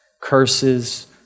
curses